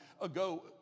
ago